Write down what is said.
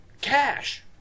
cash